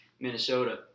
Minnesota